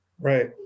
Right